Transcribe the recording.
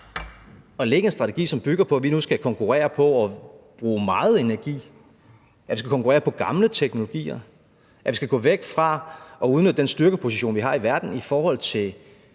en helt ny strategi, som bygger på, at vi nu skal konkurrere på at bruge meget energi, og at vi skal konkurrere på gamle teknologier, at vi skal gå væk fra at udnytte den styrkeposition, vi har i verden i forhold til